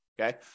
Okay